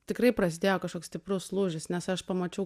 tikrai prasidėjo kažkoks stiprus lūžis nes aš pamačiau